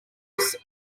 nordeste